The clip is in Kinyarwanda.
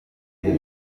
uyu